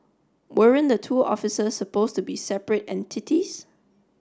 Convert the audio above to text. weren't the two offices supposed to be separate entities